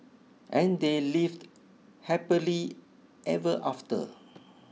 and they lived happily ever after